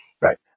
Right